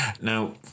Now